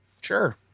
Sure